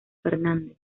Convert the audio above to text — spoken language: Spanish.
fernández